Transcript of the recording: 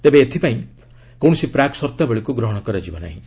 ତେବେ ଏଥପାଇଁ କୌଣସି ପ୍ରାକ୍ ସର୍ତ୍ତାବଳୀକୁ ଗ୍ରହଣ କରାଯିବ ନାହିଁ